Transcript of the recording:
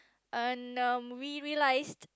and um we realize